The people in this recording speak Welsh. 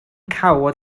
cawod